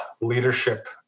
leadership